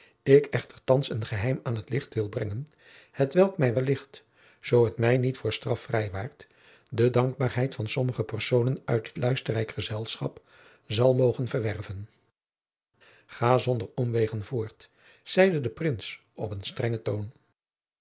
ik echter thands een geheim aan t licht wil brengen hetjacob van lennep de pleegzoon welk mij wellicht zoo het mij niet voor straf vrijwaart de dankbaarheid van sommige personen uit dit luisterrijk gezelschap zal mogen verwerven ga zonder omwegen voort zeide de prins op een strengen toon